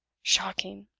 shocking!